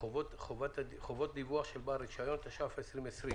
(חובות הדיווח של בעל רישיון), התש"ף-2020.